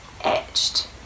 etched